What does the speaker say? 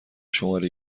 شماره